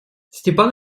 степан